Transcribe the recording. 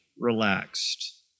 relaxed